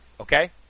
Okay